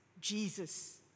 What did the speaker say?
Jesus